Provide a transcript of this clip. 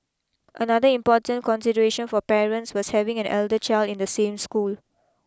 another important consideration for parents was having an elder child in the same school